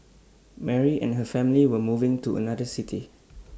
Mary and her family were moving to another city